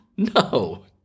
No